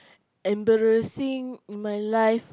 embarrassing in my life